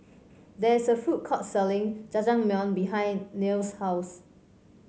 there is a food court selling Jajangmyeon behind Niles' house